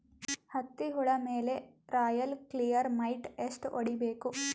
ಹತ್ತಿ ಹುಳ ಮೇಲೆ ರಾಯಲ್ ಕ್ಲಿಯರ್ ಮೈಟ್ ಎಷ್ಟ ಹೊಡಿಬೇಕು?